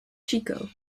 chico